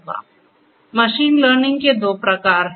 तो machine learning के दो प्रकार हैं